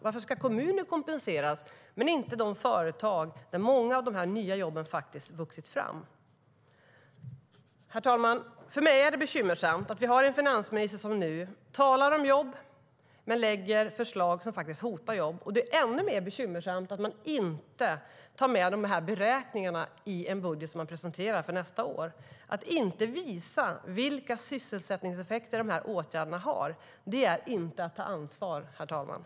Varför ska kommuner kompenseras men inte de företag där många av de nya jobben vuxit fram?